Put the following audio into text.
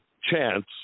chance